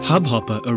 Hubhopper